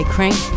Crank